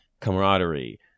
camaraderie